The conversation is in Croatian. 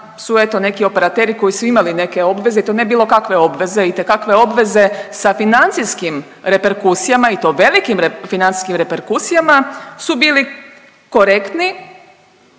su eto neki operateri koji su imali neke obveze i to ne bilo kakve obveze itekakve obveze sa financijskim reperkusijama i to velikim financijskim reperkusijama, su bili korektni